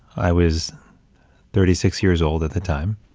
i was thirty six years old at the time,